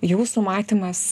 jūsų matymas